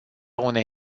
unei